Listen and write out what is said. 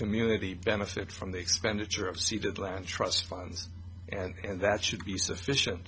community benefit from the expenditure of ceded land trust funds and that should be sufficient